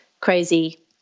crazy